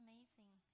amazing